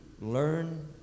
Learn